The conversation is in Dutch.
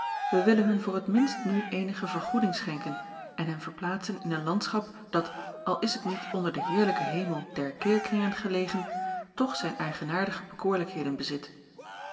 wij willen hun voor t minst nu eenige vergoeding schenken en hen verplaatsen in een landschap dat al is het niet onder den heerlijken hemel der keerkringen gelegen toch zijn eigenaardige bekoorlijkheden bezit